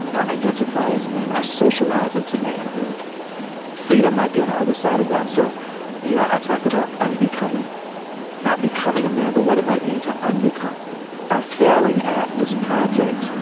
or identify as men, are socialized into manhood freedom might be on the other side of that. so you know i talk about un-becoming not becoming a man, but what it might mean to un-become our failing at this project,